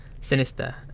sinister